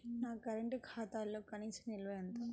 నా కరెంట్ ఖాతాలో కనీస నిల్వ ఎంత?